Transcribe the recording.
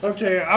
Okay